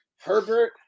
Herbert